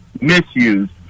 Misused